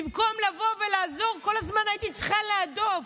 במקום לבוא ולעזור, כל הזמן הייתי צריכה להדוף.